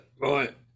right